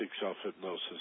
self-hypnosis